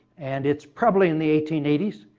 and it's probably in the eighteen eighty s.